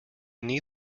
need